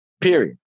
period